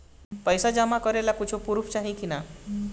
पैसा जमा करे ला कुछु पूर्फ चाहि का?